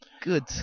good